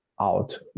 out